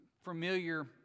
familiar